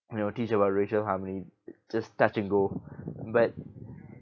you know teach about racial harmony just touch and go but